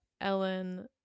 Ellen